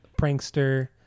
Prankster